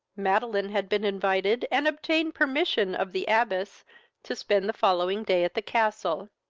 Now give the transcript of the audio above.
madeline had been invited, and obtained permission of the abbess to spend the following day at the castle.